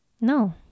no